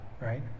right